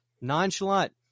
nonchalant